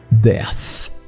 death